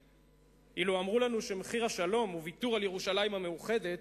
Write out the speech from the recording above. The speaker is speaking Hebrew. והוסיף: "אילו אמרו לנו שמחיר השלום הוא ויתור על ירושלים המאוחדת,